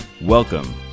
Welcome